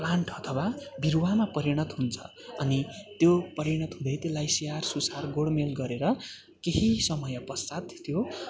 plant अथवा बिरुवामा परिणत हुन्छ अनि त्यो परिणत हुँदै त्यसलाई स्याहारसुसार गोडमेल गरेर केही समय पश्चात त्यो